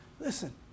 listen